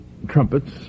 trumpets